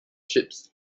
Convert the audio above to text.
ships